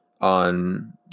on